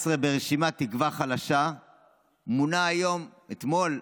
14 ברשימת תקווה חדשה מונה היום, אתמול,